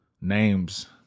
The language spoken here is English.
names